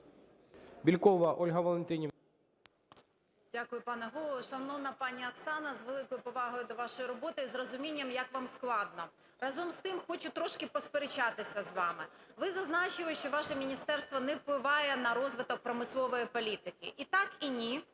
Дякую, пане Голово. Шановна пані Оксана, з великою повагою до вашої роботи і з розумінням, як вам складно, разом з тим хочу трошки посперечатися з вами. Ви зазначили, що ваше міністерство не впливає на розвиток промислової політки. І так, і ні,